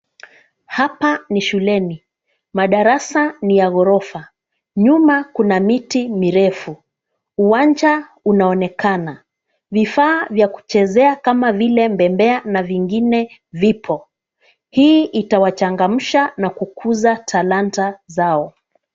Hapa ni shuleni. Madarasa ni ya ghorofa. Nyuma kuna miti mirefu. Uwanja unaonekana. Vifaa cha kuchezea kama vile mbebea na vingine vipo. Hii itawachagamsha na kukuza talanta zao.